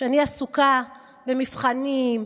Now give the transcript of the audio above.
כשאני עסוקה במבחנים,